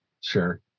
sure